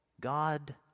God